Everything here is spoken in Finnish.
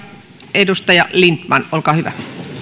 edustaja lindtman olkaa hyvä